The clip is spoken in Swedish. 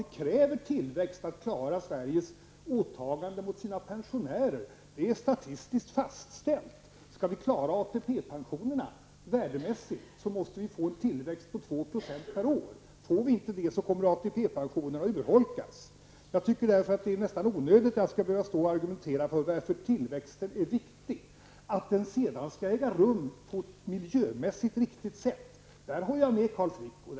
Det krävs tillväxt för att klara Sveriges åtaganden mot sina pensionärer. Det är statistiskt fastställt att vi om vi skall klara ATP-pensionerna värdemässigt måste få en tillväxt på 2 % per år. Får vi inte det kommer ATP-pensionerna att urholkas. Jag tycker därför att det nästan är onödigt att jag skall behöva stå här och argumentera för att tillväxten är viktig. Att den sedan skall äga rum på ett miljömässigt riktigt sätt håller jag med Carl Frick om.